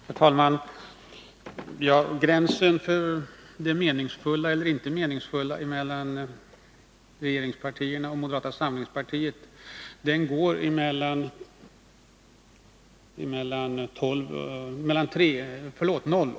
Herr talman! Gränsen för vad som är meningsfullt går tydligen vid 5 miljoner. 12 miljoner skiljer moderata samlingspartiets besparingsförslag från regeringspartiernas.